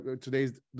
today's